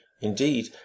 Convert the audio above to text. indeed